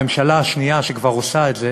הממשלה השנייה שכבר עושה את זה